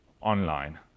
online